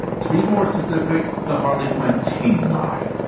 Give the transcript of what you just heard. to be more specific the harlequin teen line.